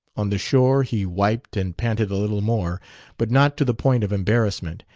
on the shore he wiped and panted a little more but not to the point of embarrassment,